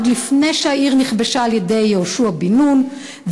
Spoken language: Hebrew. עוד לפני שהעיר נכבשה על-ידי יהושע בן נון,